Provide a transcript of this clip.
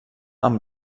amb